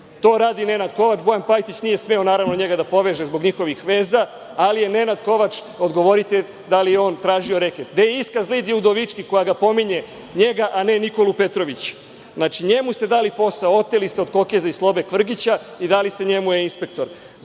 To radi Nenad Kovač. Bojan Pajtić nije smeo, naravno, njega da poveže, zbog njihovih veza. Ali, odgovorite, da li je Nenad Kovač tražio reket? Gde je iskaz Lidije Udovički, koja je pominje, njega, a ne Nikolu Petrovića? Znači, njemu ste dali posao, oteli ste od Kokeze i Slobe Kvrgića i dali ste njemu e-inspektor.Zašto